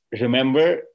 remember